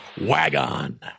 Wagon